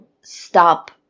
stop